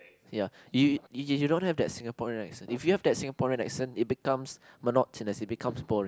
ya you you you don't have that Singaporean accent if you have that Singaporean accent it becomes monotonous it becomes boring